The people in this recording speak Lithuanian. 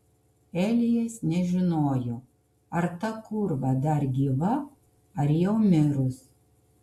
elijas nežinojo ar ta kūrva dar gyva ar jau mirus